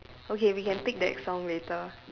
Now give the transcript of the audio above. okay we can pick that song later